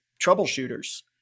troubleshooters